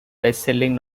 bestselling